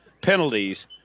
penalties